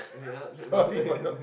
eh yeah no